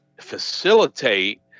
facilitate